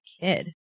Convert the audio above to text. kid